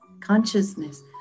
consciousness